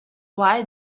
why